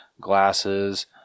glasses